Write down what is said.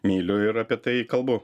myliu ir apie tai kalbu